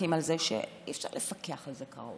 מסכים על זה שאי-אפשר לפקח על זה כראוי.